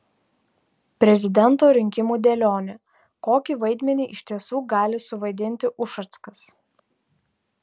prezidento rinkimų dėlionė kokį vaidmenį iš tiesų gali suvaidinti ušackas